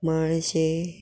मणशें